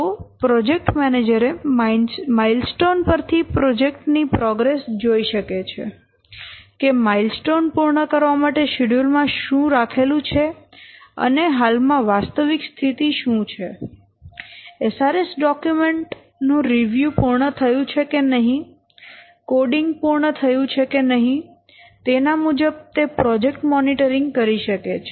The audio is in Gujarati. તો પ્રોજેક્ટ મેનેજરે માઈલસ્ટોન પરથી પ્રોજેક્ટ ની પ્રોગ્રેસ જોઈ શકે છે કે માઈલસ્ટોન પૂર્ણ કરવા માટે શેડ્યુલ માં શું રાખેલું છે અને હાલ માં વાસ્તવિક સ્થિતિ શું છે SRS ડોક્યુમેન્ટ નું રિવ્યુ પૂર્ણ થયું છે કે નહી કોડીંગ પૂર્ણ થયું છે કે નહી તેના મુજબ તે પ્રોજેક્ટ મોનિટરીંગ કરી શકે છે